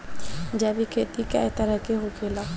जैविक खेती कए तरह के होखेला?